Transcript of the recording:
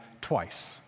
twice